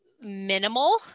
minimal